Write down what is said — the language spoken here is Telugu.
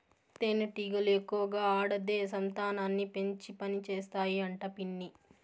తేనెటీగలు ఎక్కువగా ఆడదే సంతానాన్ని పెంచి పనిచేస్తాయి అంట పిన్ని